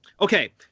okay